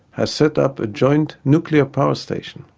has set up a joint nuclear power station,